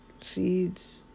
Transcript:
seeds